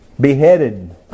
beheaded